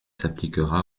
s’appliquera